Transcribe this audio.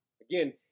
Again